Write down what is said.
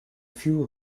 few